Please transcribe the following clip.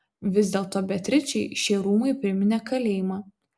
vis dėlto beatričei šie rūmai priminė kalėjimą